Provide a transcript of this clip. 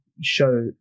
show